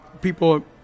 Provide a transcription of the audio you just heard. people